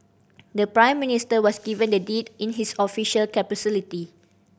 the Prime Minister was given the deed in his official capacity